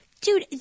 Dude